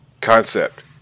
concept